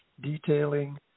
detailing